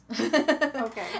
Okay